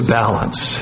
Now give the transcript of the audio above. balance